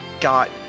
got